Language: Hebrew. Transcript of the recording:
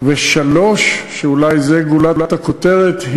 3. אולי זו גולת הכותרת,